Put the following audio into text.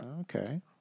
Okay